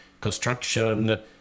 construction